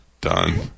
Done